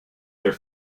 their